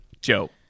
Joe